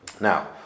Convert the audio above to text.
Now